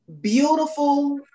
beautiful